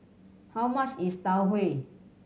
how much is Tau Huay